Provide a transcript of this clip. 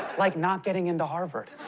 like not getting into harvard.